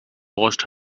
washed